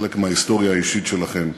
חלק מההיסטוריה האישית שלכם.